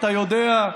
אתה יודע.